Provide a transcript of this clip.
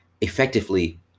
effectively